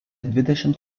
dvidešimt